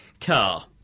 Car